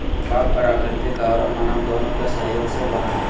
बाग प्राकृतिक औरो मानव दोनों के सहयोग से बना हइ